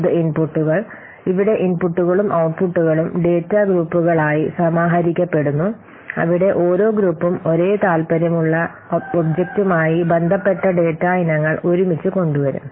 ഇത് ഇൻപുട്ടുകൾ ഇവിടെ ഇൻപുട്ടുകളും ഔട്ട്പുട്ടുകളും ഡാറ്റാ ഗ്രൂപ്പുകളായി സമാഹരിക്കപ്പെടുന്നു അവിടെ ഓരോ ഗ്രൂപ്പും ഒരേ താൽപ്പര്യമുള്ള ഒബ്ജക്റ്റുമായി ബന്ധപ്പെട്ട ഡാറ്റ ഇനങ്ങൾ ഒരുമിച്ച് കൊണ്ടുവരും